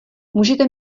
můžete